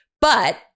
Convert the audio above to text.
But-